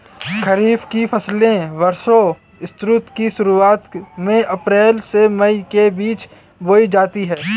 खरीफ की फसलें वर्षा ऋतु की शुरुआत में अप्रैल से मई के बीच बोई जाती हैं